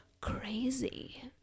crazy